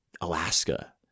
Alaska